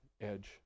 edge